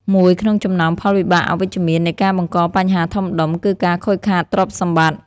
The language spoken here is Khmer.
មួយក្នុងចំណោមផលវិបាកអវិជ្ជមាននៃការបង្កបញ្ហាធំដុំ គឺការខូចខាតទ្រព្យសម្បត្តិ។